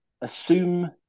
assume